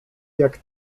jak